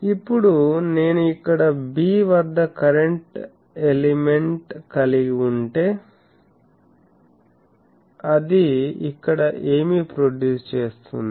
ఇప్పుడు నేను ఇక్కడ 'b' వద్ద కరెంట్ ఎలిమెంట్ కలిగి ఉంటే అది ఇక్కడ ఏమి ప్రొడ్యూస్ చేస్తుంది